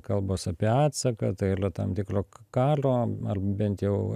kalbos apie atsaką tai ylia tam tikro kalio ar bent jau